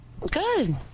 Good